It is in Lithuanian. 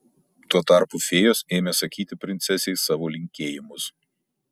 tuo tarpu fėjos ėmė sakyti princesei savo linkėjimus